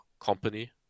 company